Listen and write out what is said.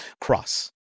Cross